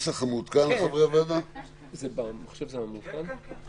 בהצעה אחרת שמונחת על שולחן הכנסת ולא עברה בקריאה ראשונה עדיין,